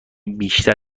بیشتر